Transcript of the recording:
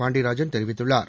பாண்டியராஜன் தெரிவித்துள்ளார்